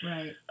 Right